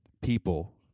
people